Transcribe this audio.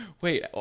wait